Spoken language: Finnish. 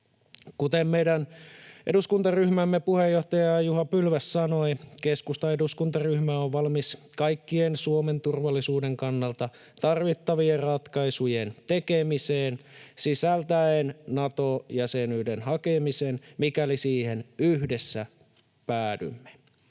Kuten meidän eduskuntaryhmämme puheenjohtaja Juha Pylväs sanoi, keskustan eduskuntaryhmä on valmis kaikkien Suomen turvallisuuden kannalta tarvittavien ratkaisujen tekemiseen sisältäen Nato-jäsenyyden hakemisen, mikäli siihen yhdessä päädymme.